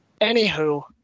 Anywho